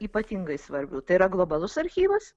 ypatingai svarbių tai yra globalus archyvas